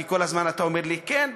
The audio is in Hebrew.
כי כל הזמן אתה אומר לי: כן,